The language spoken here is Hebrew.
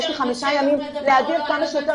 יש לי חמישה ימים להעביר לכמה שיותר